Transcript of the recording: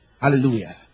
Hallelujah